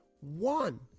One